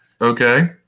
okay